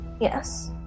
Yes